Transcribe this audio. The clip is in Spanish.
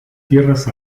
tierras